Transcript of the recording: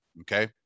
Okay